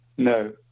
No